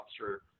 officer